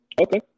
Okay